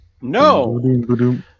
no